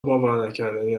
باورنکردنی